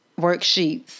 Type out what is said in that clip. worksheets